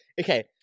Okay